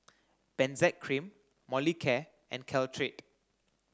Benzac Cream Molicare and Caltrate